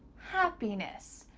happiness.